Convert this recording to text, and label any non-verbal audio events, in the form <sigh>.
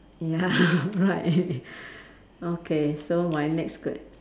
ya <laughs> right <laughs> okay so my next que~